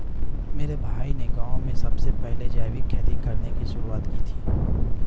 मेरे भाई ने गांव में सबसे पहले जैविक खेती करने की शुरुआत की थी